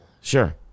sure